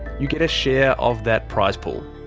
you get a share of that prize pool.